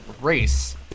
race